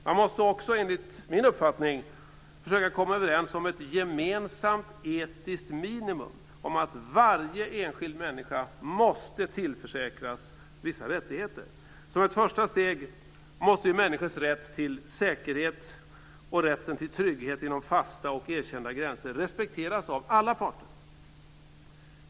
Man måste också enligt min uppfattning försöka komma överens om ett gemensamt etiskt minimum om att varje enskild människa måste tillförsäkras vissa rättigheter. Som ett första steg måste människors rätt till säkerhet och rätten till trygghet inom fasta och erkända gränser respekteras av alla parter.